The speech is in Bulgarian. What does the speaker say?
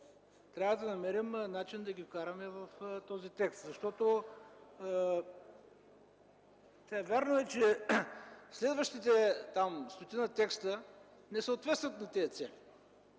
трябва да намерим начин да ги вкараме в този текст, защото е вярно, че следващите стотина текста не съответстват на тези цели,